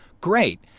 great